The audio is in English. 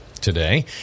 today